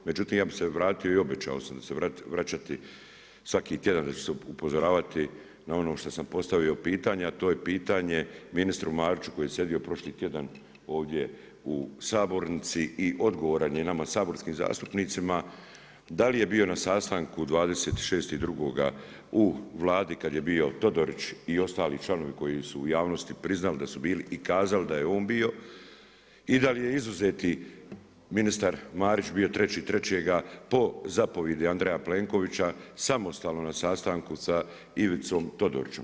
Međutim, ja bih se vratio i obećao sam da ću se vraćati, svaki tjedan da ću upozoravati na ono što sam postavio pitanje, a to je pitanje ministru Mariću koji je sjedio prošli tjedan ovdje u sabornici i odgovoran je i nama saborskim zastupnicima da li je bio na sastanku 26.2. u Vladi kada je bio Todorić i ostali članovi koji su u javnosti priznali da su bili i kazali da je i on bio i da li je izuzeti ministar Marić bio 3.3. po zapovjedi Andreja Plenkovića samostalno na sastanku sa Ivicom Todorićem?